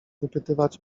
wypytywać